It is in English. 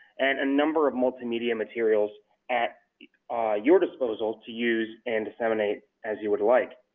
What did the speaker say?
and a number of multimedia materials at your disposal to use and disseminate as you would like.